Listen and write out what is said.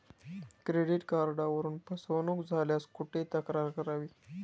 Credit कार्डवरून फसवणूक झाल्यास कुठे तक्रार करावी?